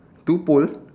two pole